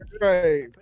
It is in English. Right